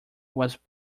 was